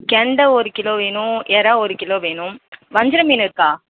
கெண்டை ஒரு கிலோ வேணும் எறால் ஒரு கிலோ வேணும் வஞ்சிரம் மீன் இருக்கா